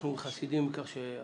אנחנו חסידים של הגישה